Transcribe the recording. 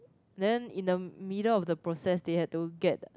then in the middle of the process they had to get